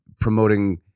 promoting